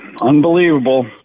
Unbelievable